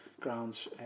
grounds